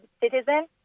citizen